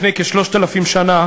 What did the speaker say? לפני כ-3,000 שנה